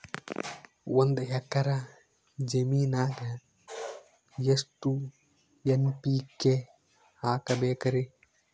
ಒಂದ್ ಎಕ್ಕರ ಜಮೀನಗ ಎಷ್ಟು ಎನ್.ಪಿ.ಕೆ ಹಾಕಬೇಕರಿ?